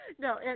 No